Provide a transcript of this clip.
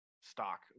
stock